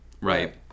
Right